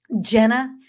Jenna